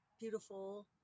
beautiful